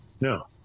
No